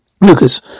Lucas